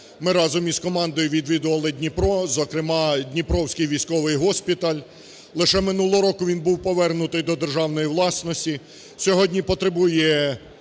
ми разом із командою відвідували Дніпро, зокрема, Дніпровський військовий госпіталь. Лише минулого року він був повернутий до державної власності, сьогодні потребує